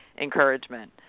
encouragement